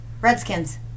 Redskins